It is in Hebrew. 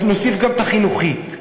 נוסיף גם את החינוכית,